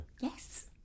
Yes